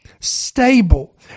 stable